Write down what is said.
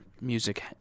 music